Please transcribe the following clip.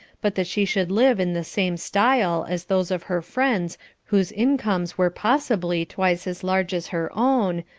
but that she should live in the same style as those of her friends whose incomes were possibly twice as large as her own,